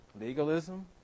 Legalism